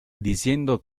diciendo